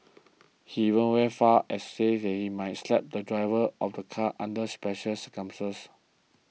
he even went as far as to say he might slap the driver of a car under special circumstances